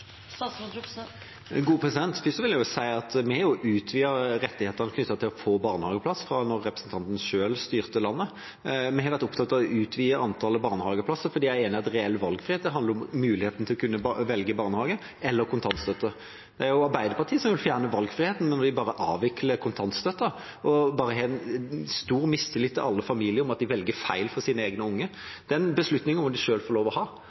vil jeg si at vi har utvidet rettighetene knyttet til å få barnehageplass fra da representanten selv styrte landet. Vi har vært opptatt av å utvide antallet barnehageplasser, for jeg er enig i at reell valgfrihet handler om muligheten til å kunne velge barnehage eller kontantstøtte. Arbeiderpartiet vil fjerne valgfriheten når de vil avvikle kontantstøtten, og har stor mistillit til alle familier – at de velger feil for sine egne unger. Den beslutningen må familiene selv få lov til å